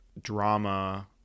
drama